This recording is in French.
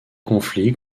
conflits